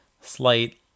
slight